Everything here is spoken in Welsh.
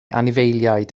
anifeiliaid